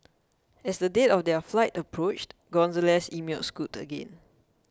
as the date of their flight approached Gonzalez emailed Scoot again